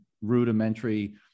rudimentary